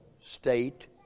state